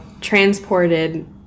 transported